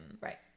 Right